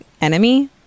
enemy